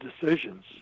decisions